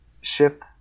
shift